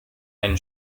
eine